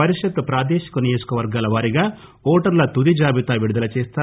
పరిషత్ ప్రాదేశిక నియోజక వర్గాల వారీగా ఓటర్ల తుదిజాబితా విడుదల చేస్తారు